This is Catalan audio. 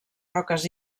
roques